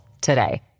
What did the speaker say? today